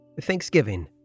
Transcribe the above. Thanksgiving